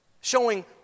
showing